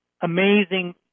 amazing